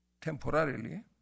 temporarily